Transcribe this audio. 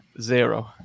Zero